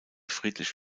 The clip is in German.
friedrich